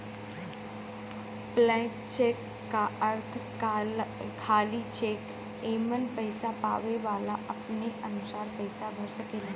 blank cheque क अर्थ खाली चेक एमन पैसा पावे वाला अपने अनुसार पैसा भर सकेला